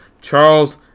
Charles